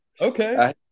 Okay